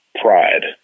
pride